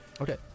Okay